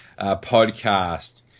podcast